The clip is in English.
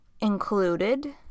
included